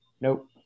Nope